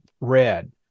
red